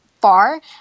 far